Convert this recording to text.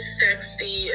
sexy